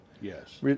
Yes